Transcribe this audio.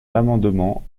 l’amendement